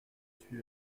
suis